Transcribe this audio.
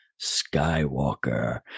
Skywalker